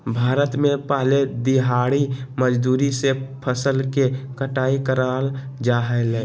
भारत में पहले दिहाड़ी मजदूर से फसल के कटाई कराल जा हलय